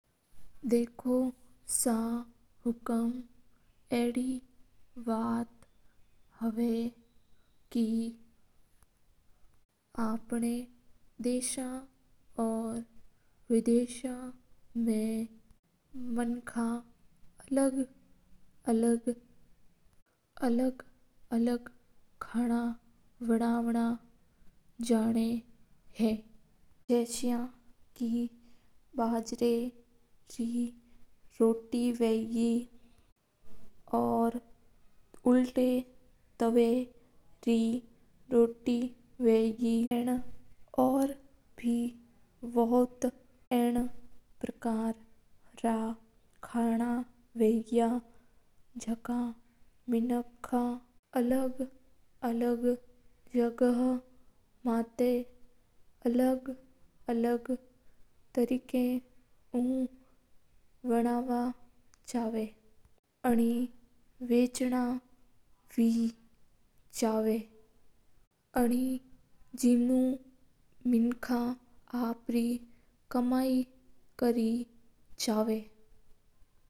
देखो सा हुकूम अपना देश और विदेश में अलग-अलग खाना बनावणो पसंद करे। जसा के बाजरा रै रोटी हैविंग और आव रै रोटी हांगी और गणी पार्कर रा खाना विगा है। मनक अलग-अलग जगा माता अलग तारीक उ खें बनावण ना जाण और बचण जाण है।